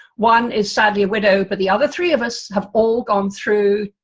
one is sadly a widow but the other three of us have all gone through